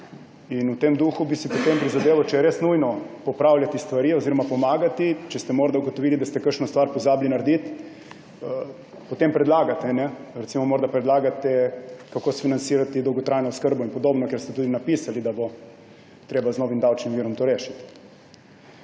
in v tem duhu bi si potem prizadeval, če je res nujno popravljati stvari oziroma pomagati, če ste morda ugotovili, da ste kakšno stvar pozabili narediti, potem predlagate. Morda predlagate, kako sfinancirati dolgotrajno oskrbo in podobno, ker ste tudi napisali, da bo treba z novim davčnim virom to rešiti.